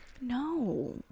No